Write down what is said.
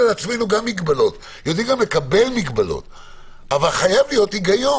לקבל מגבלות, אבל חייב להיות היגיון.